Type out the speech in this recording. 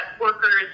workers